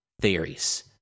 theories